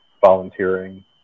volunteering